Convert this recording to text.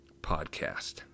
Podcast